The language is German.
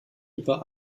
über